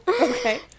Okay